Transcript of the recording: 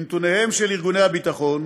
מנתוניהם של ארגוני הביטחון